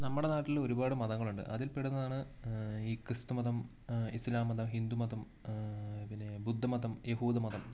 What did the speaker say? നമ്മുടെ നാട്ടില് ഒരുപാട് മതങ്ങളുണ്ട് അതിൽപ്പെടുന്നതാണ് ഈ ക്രിസ്തുമതം ഇസ്ലാം മതം ഹിന്ദു മതം പിന്നെ ബുദ്ധമതം യഹൂദമതം